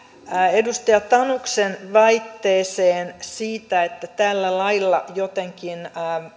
edustaja tanuksen väitteeseen siitä että tällä lailla jotenkin